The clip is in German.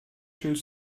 schild